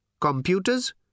Computers